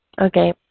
okay